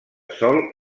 sol